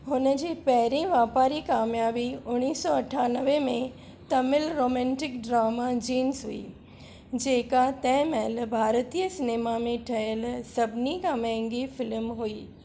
हुन जी पहिरीं वापारी कामियाबी उणिवीह सौ अठानवे में तमिल रोमांटिक ड्रामा जींस हुई जेका तंहिं महिल भारतीअ सिनेमा में ठहियलु सभिनी खां महांगी फ़िल्म हुई